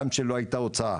גם כאשר לא הייתה ההוצאה,